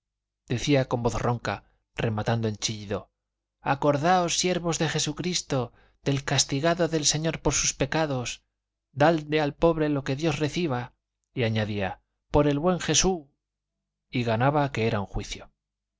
decía con voz ronca rematando en chillido acordaos siervos de jesucristo del castigado del señor por sus pecados dalde al pobre lo que dios reciba y añadía por el buen jesú y ganaba que era un juicio yo